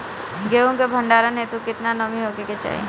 गेहूं के भंडारन हेतू कितना नमी होखे के चाहि?